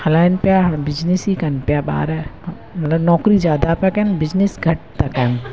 हलाइनि पिया बिज़िनिस ई कनि पिया ॿार मतलबु नौकिरी ज़्यादा पिया कनि बिज़िनिस घटि था कनि